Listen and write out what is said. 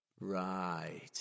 Right